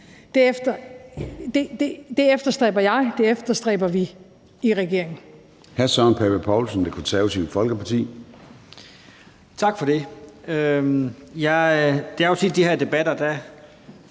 Det efterstræber jeg, og det efterstræber vi i regeringen.